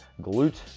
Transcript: glute